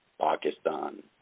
Pakistan